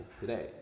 today